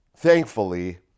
Thankfully